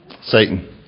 Satan